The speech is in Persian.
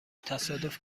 تصادف